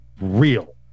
real